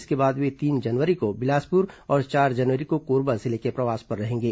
इसके बाद वे तीन जनवरी को बिलासपुर और चार जनवरी को कोरबा जिले के प्रवास पर रहेंगे